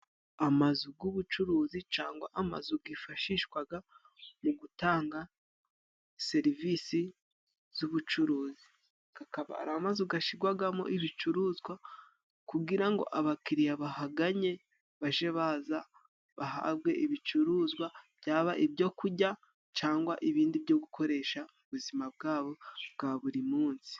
Amazu g'ubucuruzi cangwa amazu gifashishwaga mu gutanga serivisi z'ubucuruzi, gakaba ari amazu gashigwagamo ibicuruzwa kugira ngo abakiriya bahanganye, baje baza bahabwe ibicuruzwa byaba ibyo kujya cyangwa ibindi byo gukoresha ubuzima bwabo bwa buri munsi.